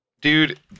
Dude